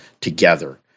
together